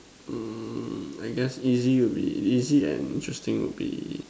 mm I guess easy and easy and interesting would be